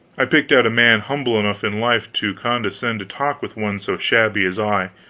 i picked out a man humble enough in life to condescend to talk with one so shabby as i,